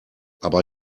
aber